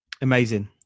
Amazing